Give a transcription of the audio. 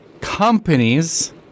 companies